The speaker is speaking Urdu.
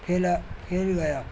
کھیلا کھیل گیا